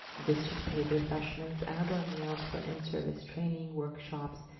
district-paid refreshments and, or meals for in-service training, workshops,